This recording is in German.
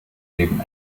leben